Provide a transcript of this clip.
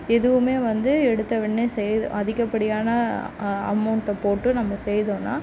எதுவுமே வந்து எடுத்த உடனே செய்த அதிகப்படியான அமௌன்ட்டை போட்டு நம்ம செய்தோம்னா